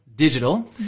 digital